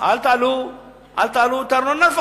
לפחות אל תעלו את הארנונה.